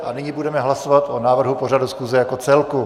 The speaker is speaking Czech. A nyní budeme hlasovat o návrhu pořadu schůze jako celku.